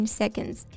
seconds